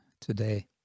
today